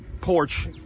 porch